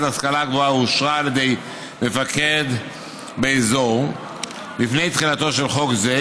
להשכלה גבוהה אושרה על ידי מפקד באזור לפני תחילתו של חוק זה,